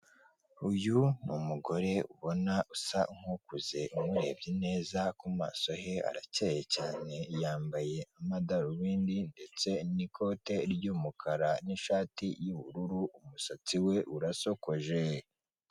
Uyu ni umugore ubona usa nkukuze umurebye neza ku maso he harakeye cyane, yambaye amadarubindi ndetse n'ikote ry'umukara n'ishati y'ubururu umusatsi we urasokoje.